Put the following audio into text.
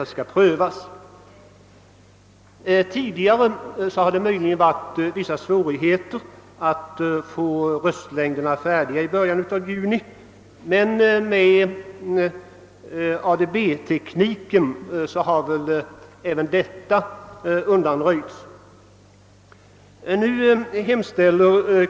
Tidigare har det möjligen varit vissa svårigheter att få röstlängderna färdiga i början av juni, men med hjälp av ADB-tekniken har väl numera dessa svårigheter undanröjts.